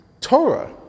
Torah